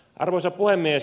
arvoisa puhemies